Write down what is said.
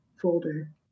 folder